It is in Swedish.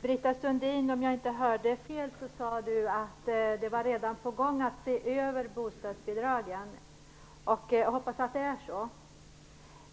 Fru talman! Om jag inte hörde fel sade Britta Sundin att en översyn av bostadsbidragen redan var på gång. Jag hoppas att det är så.